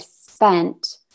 spent